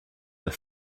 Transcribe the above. were